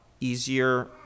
easier